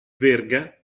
verga